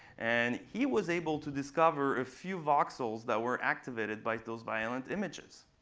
and he was able to discover a few voxels that were activated by those violent images.